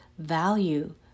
value